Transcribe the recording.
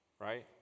Right